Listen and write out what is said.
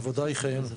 העבודה היא חיינו.